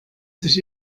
sich